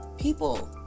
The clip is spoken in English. people